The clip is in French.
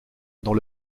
dans